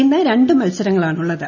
ഇന്ന് രണ്ട് മത്സരങ്ങളാണ് ഉള്ളത്